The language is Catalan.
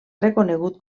reconegut